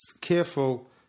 careful